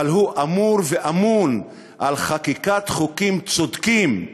אבל הוא אמור ואמון על חקיקת חוקים צודקים.